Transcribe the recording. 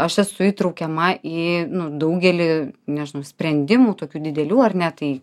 aš esu įtraukiama į nu daugelį nežinau sprendimų tokių didelių ar ne tai